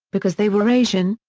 because they were asian,